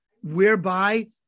whereby